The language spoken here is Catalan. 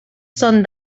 són